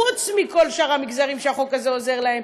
חוץ מכל שאר המגזרים שהחוק הזה עוזר להם,